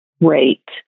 rate